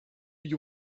you